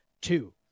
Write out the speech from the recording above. Two